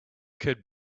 could